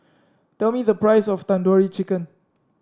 tell me the price of Tandoori Chicken